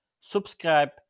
Subscribe